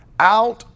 out